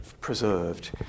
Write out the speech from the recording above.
preserved